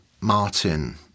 Martin